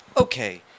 Okay